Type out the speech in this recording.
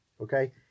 okay